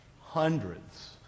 hundreds